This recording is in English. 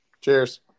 Cheers